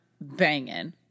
banging